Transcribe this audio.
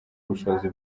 ubushobozi